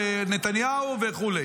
נתניהו וכו'.